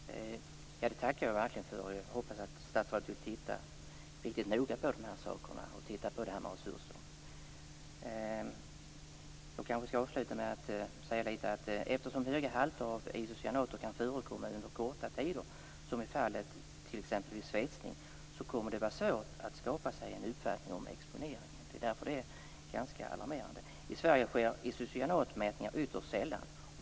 Herr talman! Det tackar jag verkligen för. Jag hoppas att statsrådet vill titta riktigt noga på detta med resurser. Jag skall kanske avsluta med att säga att eftersom höga halter av isocyanater kan förekomma under korta tider, som t.ex. vid svetsning, kommer det att vara svårt att skapa sig en uppfattning om exponeringen. Det är därför det är ganska alarmerande. I Sverige sker isocyanatmätningar ytterst sällan.